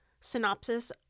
synopsis